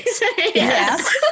Yes